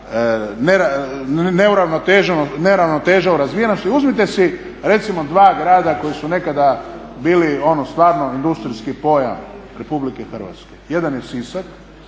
neravnoteža u razvijenosti. Uzmite si recimo dva grada koji su nekada bili ono stvarno industrijski pojam RH. Jedan je Sisak,